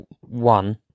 one